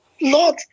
Lord